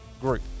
group